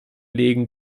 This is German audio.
legen